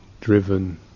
driven